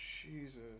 Jesus